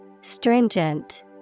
Stringent